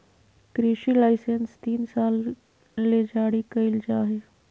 कृषि लाइसेंस तीन साल ले जारी कइल जा हइ